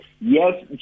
yes